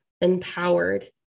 empowered